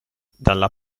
dalla